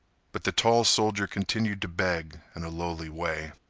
but the tall soldier continued to beg in a lowly way.